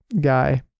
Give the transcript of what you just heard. guy